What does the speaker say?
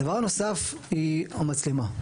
הדבר הנוסף הוא המצלמה.